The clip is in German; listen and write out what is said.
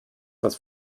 das